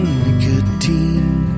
nicotine